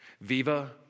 Viva